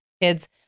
kids